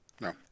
No